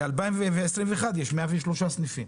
ב-2021 יש 103 סניפים,